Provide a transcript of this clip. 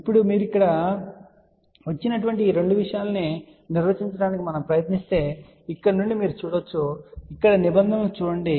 ఇప్పుడు మీరు ఇక్కడకు వచ్చిన ఈ విషయాలను నిర్వచించడానికి మనము ప్రయత్నిస్తే ఇక్కడ నుండి మీరు చూడవచ్చు మరియు ఇక్కడ నిబంధనలను చూడండి